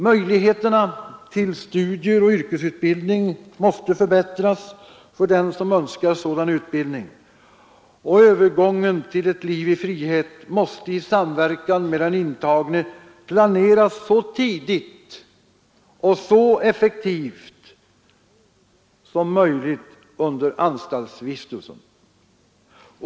Möjligheterna till studier och yrkesutbildning måste förbättras för den som önskar sådan utbildning, och övergången till ett liv i frihet måste i samverkan med den intagne planeras så tidigt och så effektivt som möjligt under anstaltsvistelsen.